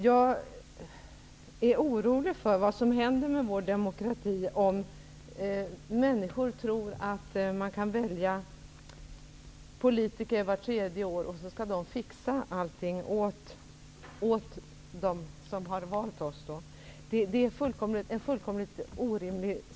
Jag är orolig för vad som händer med vår demokrati om människor tror att man genom att vart tredje år välja politiker kan få alla sina problem lösta. Det är helt orimligt.